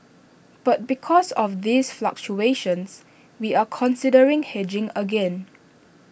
but because of these fluctuations we are considering hedging again